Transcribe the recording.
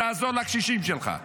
תעזור לקשישים שלך,